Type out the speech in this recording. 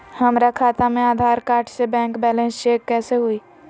हमरा खाता में आधार कार्ड से बैंक बैलेंस चेक कैसे हुई?